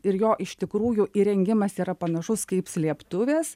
ir jo iš tikrųjų įrengimas yra panašus kaip slėptuvės